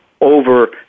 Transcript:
over